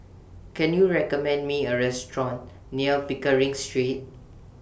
Can YOU recommend Me A Restaurant near Pickering Street